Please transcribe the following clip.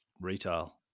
retail